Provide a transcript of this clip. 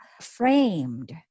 framed